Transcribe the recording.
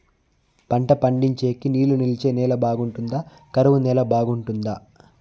పంట పండించేకి నీళ్లు నిలిచే నేల బాగుంటుందా? కరువు నేల బాగుంటుందా?